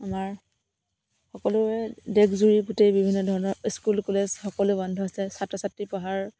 আমাৰ সকলোৰে দেশজুৰি গোটেই বিভিন্ন ধৰণৰ স্কুল কলেজ সকলো বন্ধ আছিল ছাত্ৰ ছাত্ৰীৰ পঢ়াৰ